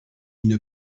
une